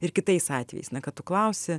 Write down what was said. ir kitais atvejais na kad tu klausi